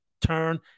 turn